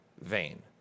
vain